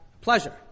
pleasure